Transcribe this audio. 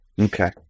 okay